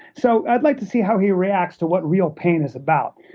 so i'd like to see how he reacts to what real pain is about.